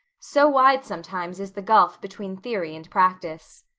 so wide sometimes is the gulf between theory and practice.